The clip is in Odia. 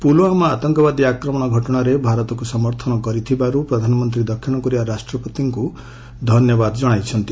ପୁଲୁୱାମା ଆତଙ୍କବାଦୀ ଆକ୍ରମଣ ଘଟଣାରେ ଭାରତକୁ ସମର୍ଥନ କରିଥିବାରୁ ପ୍ରଧାନମନ୍ତ୍ରୀ ଦକ୍ଷିଣ କୋରିଆ ରାଷ୍ଟ୍ରପତିଙ୍କୁ ଧନ୍ୟବାଦ ଜଣାଇଛନ୍ତି